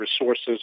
resources